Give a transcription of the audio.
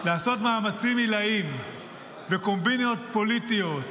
לעשות מאמצים עילאיים וקומבינות פוליטיות,